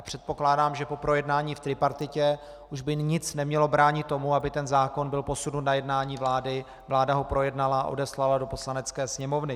Předpokládám, že po projednání v tripartitě už by nic nemělo bránit tomu, aby zákon byl posunut na jednání vlády, vláda ho projednala a odeslala do Poslanecké sněmovny.